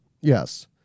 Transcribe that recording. Yes